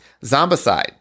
Zombicide